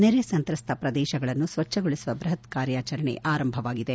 ನೆರೆ ಸಂತ್ರಸ್ತ ಪ್ರದೇಶಗಳನ್ನು ಸ್ವಚ್ಛಗೊಳಿಸುವ ಬೃಹತ್ ಕಾರ್ಯಾಚರಣೆ ಆರಂಭವಾಗಿದೆ